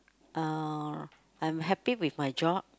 uh I'm happy with my job